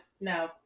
No